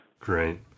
Great